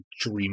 dream